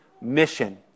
mission